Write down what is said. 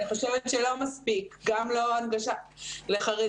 אני חושבת שלא מספיק, גם לא הנגשה לחרדים.